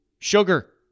Sugar